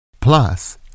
plus